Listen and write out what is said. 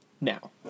now